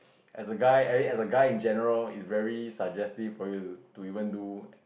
as a guy I mean as a guy in general it's very suggestive for you to to even do